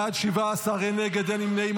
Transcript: בעד, 17, אין מתנגדים, אין נמנעים.